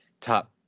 top